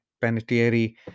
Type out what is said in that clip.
penitentiary